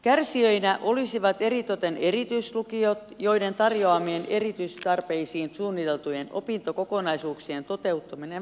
kärsijöinä olisivat eritoten erityislukiot joiden tarjoamien erityistarpeisiin suunniteltujen opintokokonaisuuksien toteuttaminen vaarantuisi